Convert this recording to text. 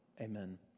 Amen